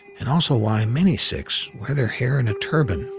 and also why many sikhs wear their hair in a turban.